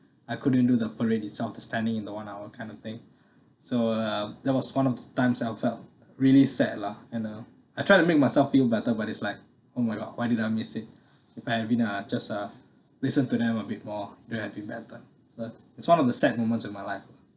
I couldn't do the parade itself to standing in the one hour kind of thing so uh that was one of the times that I felt really sad lah and uh I try to make myself feel better but it's like oh my god why did I miss it if I have been uh just uh listen to them a bit more than have been better that it's one of the sad moments in my life